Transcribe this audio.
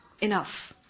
enough